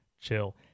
chill